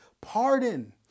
pardon